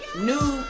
new